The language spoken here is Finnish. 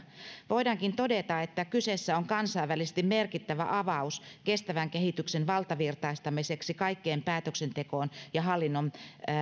voidaankin todeta että kyseessä on kansainvälisesti merkittävä avaus kestävän kehityksen valtavirtaistamiseksi kaikkeen päätöksentekoon ja hallinnon